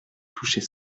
toucher